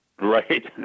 Right